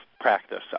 practice